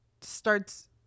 starts